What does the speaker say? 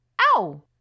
Ow